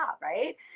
right